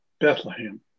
Bethlehem